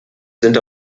sind